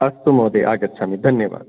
अस्तु महोदय आगच्छामि धन्यवादः